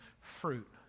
fruit